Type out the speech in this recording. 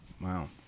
Wow